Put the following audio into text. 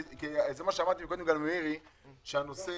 כי הנושא